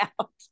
out